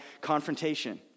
confrontation